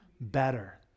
better